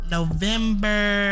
November